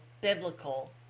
biblical